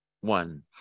one